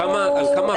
על כמה הוויכוח?